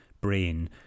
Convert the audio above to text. brain